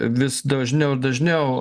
vis dažniau ir dažniau